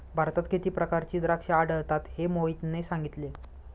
भारतात किती प्रकारची द्राक्षे आढळतात हे मोहितने सांगितले